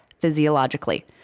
physiologically